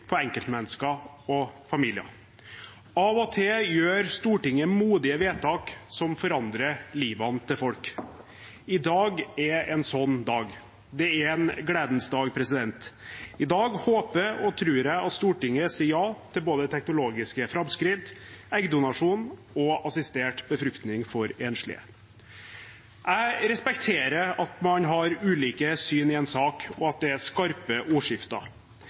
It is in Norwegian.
på enkeltmennesker og familier. Av og til gjør Stortinget modige vedtak som forandrer folks liv. I dag er en sånn dag. Det er en gledens dag. I dag håper og tror jeg at Stortinget sier ja til både teknologiske framskritt, eggdonasjon og assistert befruktning for enslige. Jeg respekterer at man har ulike syn i en sak, og at det er skarpe ordskifter,